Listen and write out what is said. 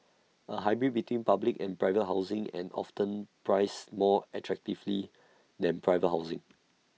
A hybrid between public and private housing and often priced more attractively than private housing